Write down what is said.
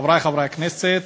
חברי חברי הכנסת,